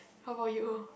how about you